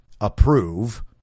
approve